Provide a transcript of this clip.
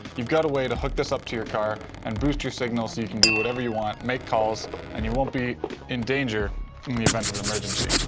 you've got a way to hook this up to your car and boost your signal so you can do whatever you want, make calls and you won't be in danger in the event of emergency.